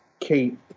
Kate